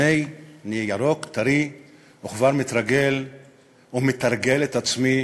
הנה, אני ירוק טרי וכבר מִתרגל ומְתרגל את עצמי